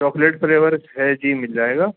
chocolate flavours ہے جی مل جائے گا